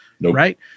right